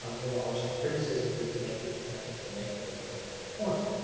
there are some criticisms we can make of it and i think we'll make those at a later point.